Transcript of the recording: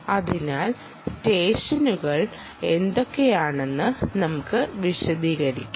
അതിനാൽ സെഷനുകൾ എന്തൊക്കെയാണെന്ന് നമുക്ക് വിശദകരിക്കാം